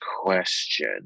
question